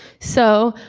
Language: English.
so,